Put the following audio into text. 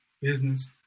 business